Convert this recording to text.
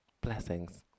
Blessings